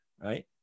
right